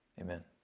Amen